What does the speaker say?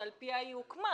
שעל פיה היא הוקמה.